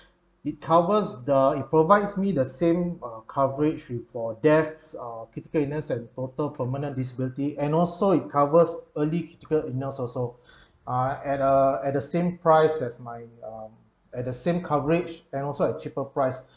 it covers the it provides me the same uh coverage with for death uh critical illness and total permanent disability and also it covers early critical illness also ah at uh at the same price as my um at the same coverage and also at cheaper price